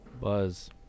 Buzz